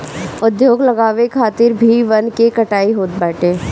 उद्योग के लगावे खातिर भी वन के कटाई होत बाटे